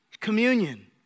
communion